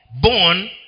born